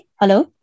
hello